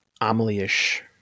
Amelie-ish